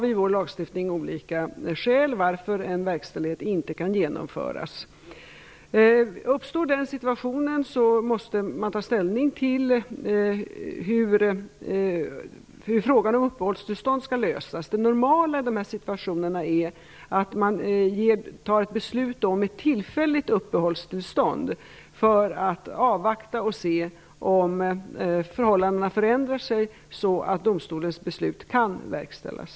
I vår lagstiftning finns olika skäl till varför en verkställighet inte kan genomföras. Om en sådan situation uppkommer måste man ta ställning till hur frågan om uppehållstillstånd skall lösas. Det normala i dessa situationer är att man fattar beslut om ett tillfälligt uppehållstillstånd för att kunna avvakta och se om förhållandena förändras så att domstolens beslut kan verkställas.